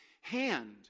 hand